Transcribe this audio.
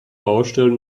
baustellen